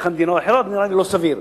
נראה לי לא סביר,